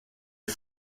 est